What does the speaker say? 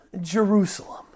Jerusalem